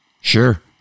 sure